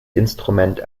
instrument